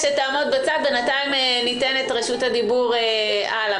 בינתיים ניתן את רשות הדיבור לאחרים.